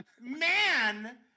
man